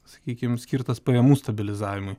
sakykim skirtas pajamų stabilizavimui